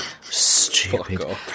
Stupid